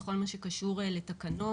בכל מה שקשור לתקנון,